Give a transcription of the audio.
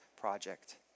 project